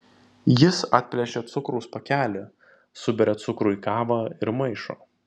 jis atplėšia cukraus pakelį suberia cukrų į kavą ir maišo